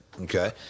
okay